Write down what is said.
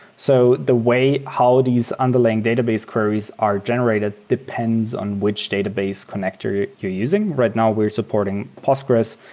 so the way how these underlying database queries are generated depends on which database connector you're using. right now we are supporting postgres,